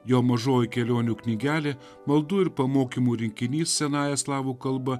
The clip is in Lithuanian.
jo mažoji kelionių knygelė maldų ir pamokymų rinkinys senąja slavų kalba